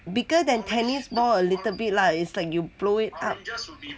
bigger than tennis ball more a little bit lah is like you blow it up